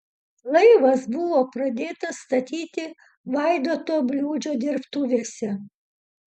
laivas buvo pradėtas statyti vaidoto bliūdžio dirbtuvėse